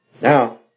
Now